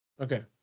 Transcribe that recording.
Okay